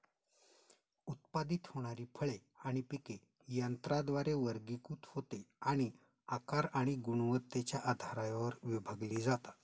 उत्पादित होणारी फळे आणि पिके यंत्राद्वारे वर्गीकृत होते आणि आकार आणि गुणवत्तेच्या आधारावर विभागली जातात